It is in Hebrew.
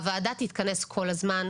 הוועדה תתכנס כל הזמן,